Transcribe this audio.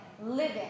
living